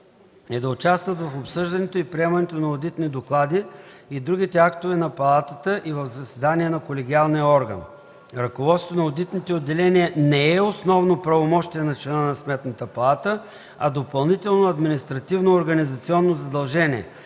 е да участват в обсъждането и приемането на одитни доклади и другите актове на Палатата и в заседанията на колегиалния орган. Ръководството на одитните отделения не е основното правомощие на члена на Сметната палата, а допълнително административно-организационно задължение,